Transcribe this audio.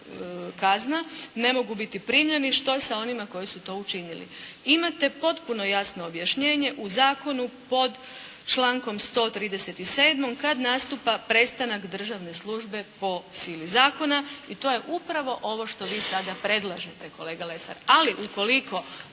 kazna ne mogu biti primljeni što je sa onima koji su to učinili. Imate potpuno jasno objašnjenje u zakonu pod člankom 137. kad nastupa prestanak državne službe po sili zakona, i to je upravo ovo što vi sada predlažete kolega Lesar. Ali ukoliko